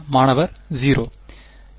மாணவர் 0